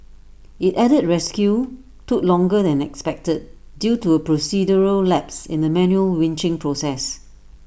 IT added rescue took longer than expected due to A procedural lapse in the manual winching process